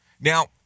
Now